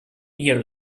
year